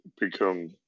become